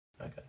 Okay